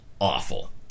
awful